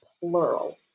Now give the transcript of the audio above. plural